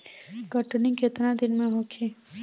कटनी केतना दिन में होखे?